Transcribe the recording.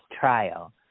Trial